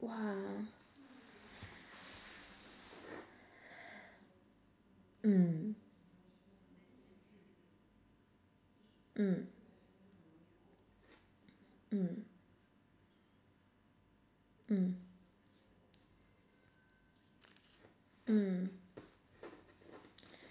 !wah! mm mm mm mm mm